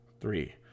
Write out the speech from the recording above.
three